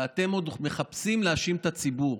ואתם עוד מחפשים להאשים את הציבור.